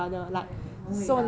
伟很伟大